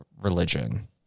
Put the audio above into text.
religion